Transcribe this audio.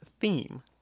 theme